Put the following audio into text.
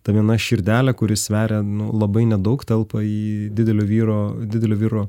ta viena širdelė kuri sveria nu labai nedaug telpa į didelio vyro didelio vyro